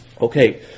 Okay